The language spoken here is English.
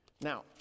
Now